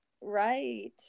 right